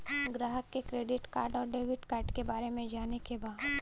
ग्राहक के credit card और डेविड कार्ड के बारे में जाने के बा?